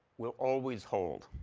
will always hold.